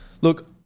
Look